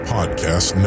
Podcast